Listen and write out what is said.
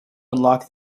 unlock